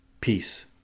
Peace